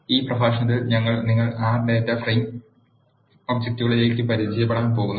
ഈ പ്രഭാഷണത്തിൽ ഞങ്ങൾ നിങ്ങളെ ആർ ഡാറ്റാ ഫ്രെയിം ഒബ്ജക്റ്റുകളിലേക്ക് പരിചയപ്പെടുത്താൻ പോകുന്നു